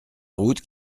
route